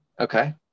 okay